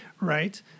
Right